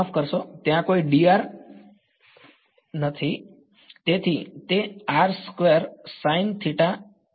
માફ કરશો ત્યાં કોઈ dr